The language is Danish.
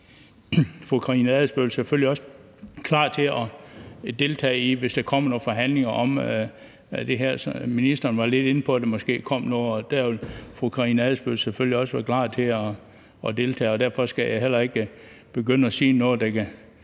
fru Karina Adsbøl selvfølgelig også klar til at deltage, hvis der kommer nogle forhandlinger om det her. Ministeren var lidt inde på, at der måske kommer nogen, og der vil fru Karina Adsbøl selvfølgelig også være klar til at deltage. Derfor skal jeg heller ikke begynde at sige noget, der kan